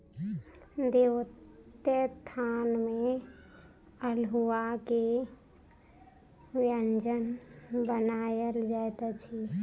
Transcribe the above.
देवोत्थान में अल्हुआ के व्यंजन बनायल जाइत अछि